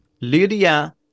Lydia